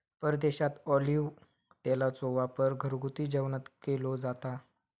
परदेशात ऑलिव्ह तेलाचो वापर घरगुती जेवणात केलो जाता